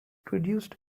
reduced